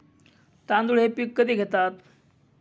तांदूळ हे पीक कधी घेतात?